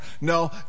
No